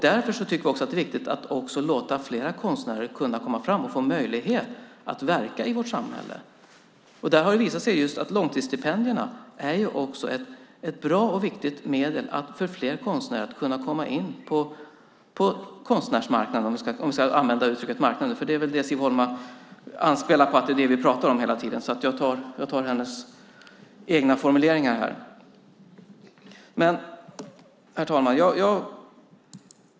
Därför tycker vi att det är viktigt att låta fler konstnärer komma fram och få möjlighet att verka i vårt samhälle. Det har visat sig att långtidsstipendierna är ett bra och viktigt medel för att fler konstnärer ska kunna komma in på konstnärsmarknaden, om vi ska använda uttrycket marknaden. Siv Holma anspelar på att det är detta vi pratar om hela tiden. Jag använder därför hennes egna formuleringar här. Herr talman!